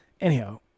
Anyhow